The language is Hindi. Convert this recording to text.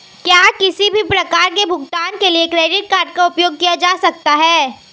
क्या किसी भी प्रकार के भुगतान के लिए क्रेडिट कार्ड का उपयोग किया जा सकता है?